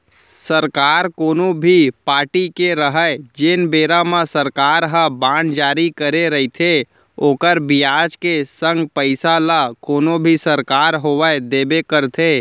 सरकार कोनो भी पारटी के रहय जेन बेरा म सरकार ह बांड जारी करे रइथे ओखर बियाज के संग पइसा ल कोनो भी सरकार होवय देबे करथे